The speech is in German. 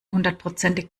hundertprozentig